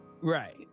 Right